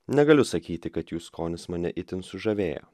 negaliu sakyti kad jų skonis mane itin sužavėjo